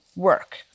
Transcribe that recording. work